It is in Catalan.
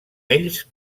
ells